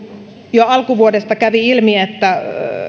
jo alkuvuodesta kävi ilmi että